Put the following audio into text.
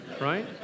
Right